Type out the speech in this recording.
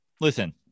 listen